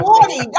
Forty